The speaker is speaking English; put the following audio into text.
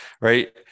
right